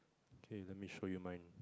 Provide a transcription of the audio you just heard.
okay let me show you mine